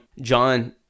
John